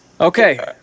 Okay